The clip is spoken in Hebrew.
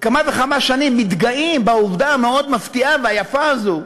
כמה וכמה שנים מתגאים בעובדה המאוד-מפתיעה והיפה הזו,